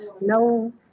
no